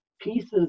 pieces